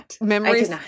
memories